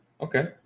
Okay